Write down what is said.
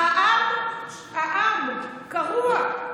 העם קרוע,